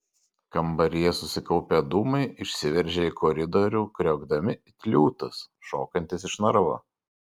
kambaryje susikaupę dūmai išsiveržė į koridorių kriokdami it liūtas šokantis iš narvo